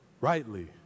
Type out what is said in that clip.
rightly